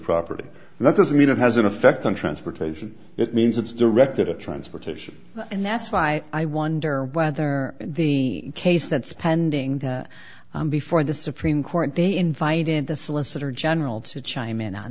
property and that doesn't mean it has an effect on transportation it means it's directed at transportation and that's why i wonder whether the case that's pending before the supreme court they invited the solicitor general to chime in on